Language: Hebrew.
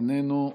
איננו,